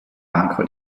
banco